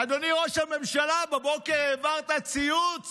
אדוני ראש הממשלה, בבוקר העברת ציוץ